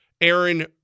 Aaron